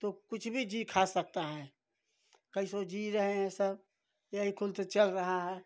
तो कुछ भी जी खा सकता है कैसों जी रहे हैं सब यही कुल तो चल रहा है